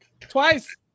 twice